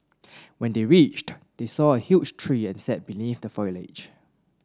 when they reached they saw a huge tree and sat beneath the foliage